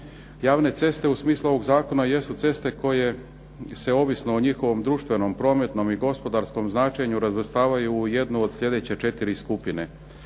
Javne ceste u smislu ovog zakona jesu ceste koje se ovisno o njihovom društvenom, prometnom i gospodarskom značenju razvrstavaju u jednu od sljedeće 4 skupine.